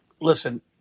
listen